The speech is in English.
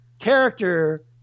character